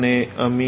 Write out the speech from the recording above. মানেআমি